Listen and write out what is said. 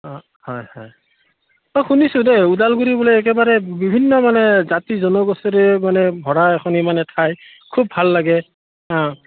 অঁ হয় হয় মই শুনিছোঁ দেই ওদালগুৰিবোলে একেবাৰে বিভিন্ন মানে জাতি জনগোষ্ঠীৰে মানে ভৰা এখননি মানে ঠাই খুব ভাল লাগে অঁ